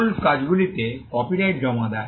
মূল কাজগুলিতে কপিরাইট জমা দেয়